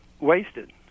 wasted